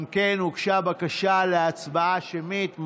גם כן הוגשה בקשה להצבעה שמית.